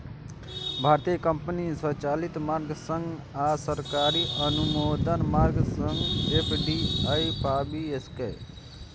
भारतीय कंपनी स्वचालित मार्ग सं आ सरकारी अनुमोदन मार्ग सं एफ.डी.आई पाबि सकैए